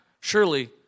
surely